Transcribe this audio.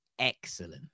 excellent